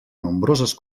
nombroses